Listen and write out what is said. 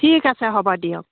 ঠিক আছে হ'ব দিয়ক